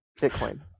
Bitcoin